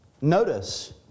Notice